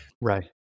Right